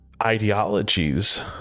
ideologies